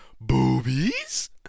boobies